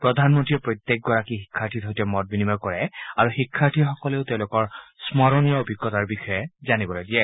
প্ৰধানমন্ত্ৰীয়ে প্ৰত্যেকগৰাকী শিক্ষাৰ্থীৰ সৈতে মত বিনিময় কৰে আৰু শিক্ষাৰ্থীসকলেও তেওঁলোকৰ স্মৰণীয় অভিজ্ঞতাৰ বিষয়ে জানিবলৈ দিয়ে